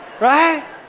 Right